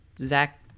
zach